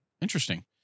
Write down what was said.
Interesting